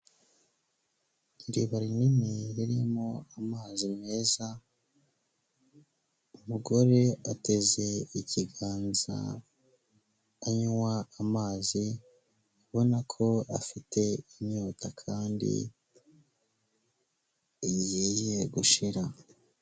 Iriba rinini ririmo amazi meza, umugore ateze ikiganza anywa amazi, ubona ko afite inyota kandi igiye gushira.